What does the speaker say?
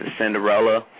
Cinderella